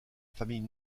famille